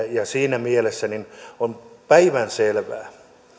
siinä mielessä on päivänselvää